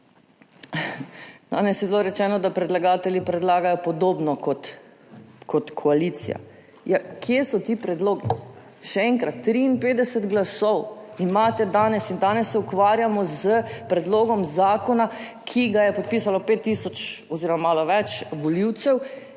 Danes je bilo rečeno, da predlagatelji predlagajo podobno kot koalicija. Kje so ti predlogi? Še enkrat, 53 glasov imate danes in danes se ukvarjamo s predlogom zakona, ki ga je podpisalo pet tisoč oziroma malo več volivcev,